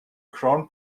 crown